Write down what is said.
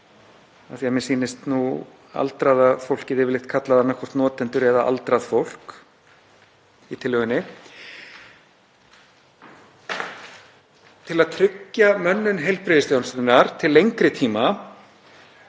af því að mér sýnist nú aldraða fólkið yfirleitt kallað annaðhvort notendur eða aldrað fólk í tillögunni. Til að tryggja mönnun heilbrigðisþjónustunnar til lengri tíma